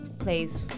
Plays